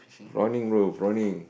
prawning bro prawning